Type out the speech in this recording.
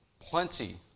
plenty